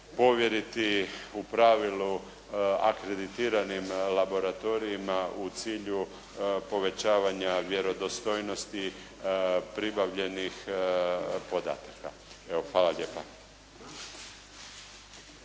povjeriti u pravilu akreditiranim laboratorijima u cilju povećavanja vjerodostojnosti pribavljenih podataka. Evo hvala lijepa.